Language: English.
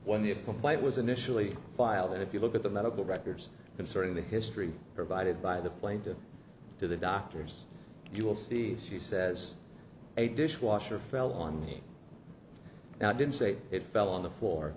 the complaint was initially filed that if you look at the medical records concerning the history provided by the plaintiff to the doctors you will see she says a dishwasher fell on me and i didn't say it fell on the floor